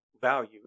value